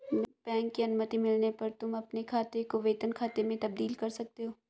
bank की अनुमति मिलने पर तुम अपने खाते को वेतन खाते में तब्दील कर सकते हो